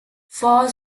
far